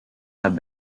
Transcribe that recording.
have